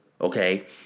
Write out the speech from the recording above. Okay